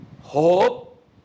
hope